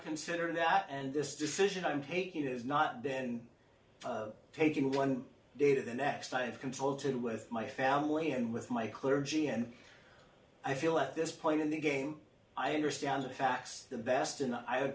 considered that and this decision i'm taking has not been taken one day to the next five control to with my family and with my clergy and i feel at this point in the game i understand the facts the best and i would